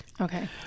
Okay